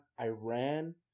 Iran